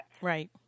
Right